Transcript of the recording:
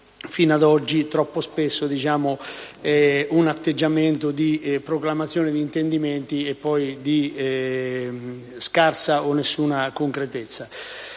fino ad oggi troppo spesso un atteggiamento di proclamazione di intendimenti e di scarsa o nessuna concretezza.